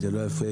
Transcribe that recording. לא יפה.